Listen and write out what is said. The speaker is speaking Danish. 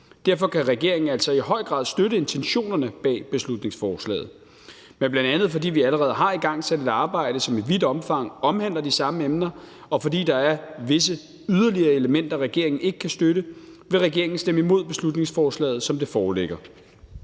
Derfor kan regeringen altså i høj grad støtte intentionerne bag beslutningsforslaget, men bl.a. fordi vi allerede har igangsat et arbejde, som i vidt omfang omhandler de samme emner, og fordi der er visse yderligere elementer, regeringen ikke kan støtte, vil regeringen stemme imod beslutningsforslaget, som det foreligger.